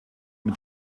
mit